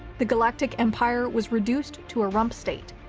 the galactic empire was reduced to a rump state,